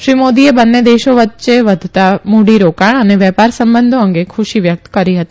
શ્રી મોદીએ બંને દેશો વચ્ચે વધતા મુડીરોકાણ અને વેપાર સંબંઘો અંગે ખુશી વ્યકત કરી હતી